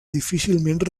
difícilment